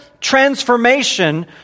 transformation